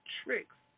tricks